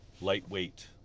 lightweight